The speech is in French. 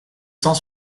cent